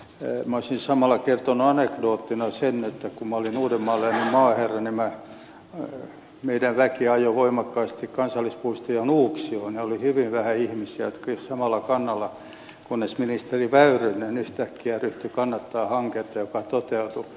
minä olisin samalla kertonut anekdoottina sen että kun minä olin uudenmaan läänin maaherra niin meidän väkemme ajoi voimakkaasti kansallispuistoa nuuksioon ja oli hyvin vähän ihmisiä jotka olivat samalla kannalla kunnes ministeri väyrynen yhtäkkiä ryhtyi kannattamaan hanketta joka toteutui